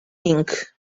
ink